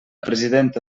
presidenta